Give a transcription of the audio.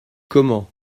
comment